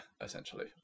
essentially